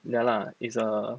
no lah it's a